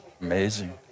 Amazing